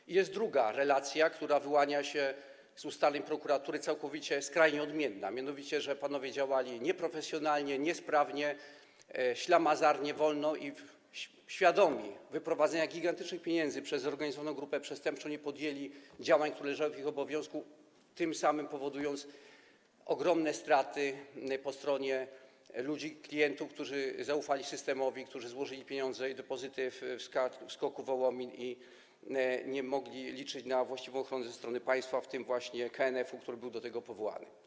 I jest druga relacja, która wyłania się z ustaleń prokuratury, całkowicie, skrajnie odmienna, mianowicie że panowie działali nieprofesjonalnie, niesprawnie, ślamazarnie, wolno i świadomi wyprowadzenia gigantycznych pieniędzy przez zorganizowaną grupę przestępczą nie podjęli działań, które leżały w ich obowiązku, tym samym powodując ogromne straty po stronie ludzi, klientów, którzy zaufali systemowi, którzy złożyli pieniądze i depozyty w SKOK-u Wołomin i nie mogli liczyć na właściwą ochronę ze strony państwa, w tym właśnie KNF-u, który był do tego powołany.